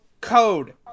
code